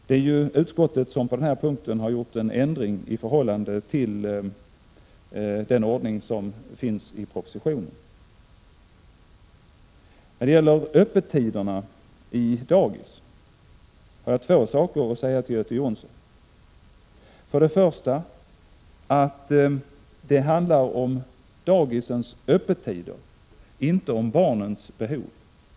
Det är ju utskottet som på denna punkt har gjort en ändring i förhållande till den ordning som föreslås i propositionen. När det gäller öppettiderna i dagis har jag två saker att säga till Göte Jonsson. Det handlar först och främst om dagisets öppettider, inte om barnens behov.